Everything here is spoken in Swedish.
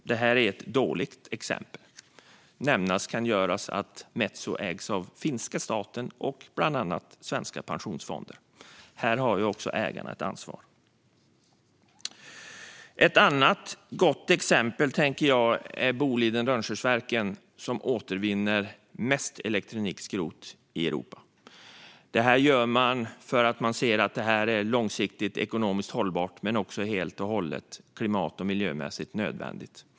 Det här är ett dåligt exempel. Nämnas kan att Metso ägs av finländska staten och bland annat svenska pensionsfonder. Här har även ägarna ett ansvar. Ett gott exempel jag tänker på är Bolidenägda Rönnskärsverken, som återvinner mest elektronikskrot i Europa. Det här gör man för att man ser att det är långsiktigt ekonomiskt hållbart men också helt och hållet nödvändigt klimat och miljömässigt.